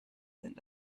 sind